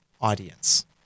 audience